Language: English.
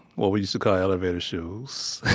what we used to call elevator shoes.